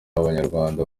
abanyarwanda